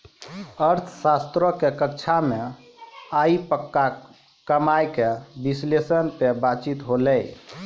अर्थशास्त्रो के कक्षा मे आइ पक्का कमाय के विश्लेषण पे बातचीत होलै